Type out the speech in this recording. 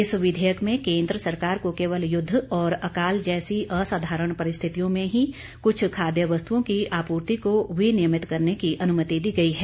इस विधेयक में केन्द्र सरकार को केवल युद्ध और अकाल जैसी असाधारण परिस्थितियों में ही कुछ खाद्य वस्तुओं की आपूर्ति को विनियमित करने की अनुमति दी गई है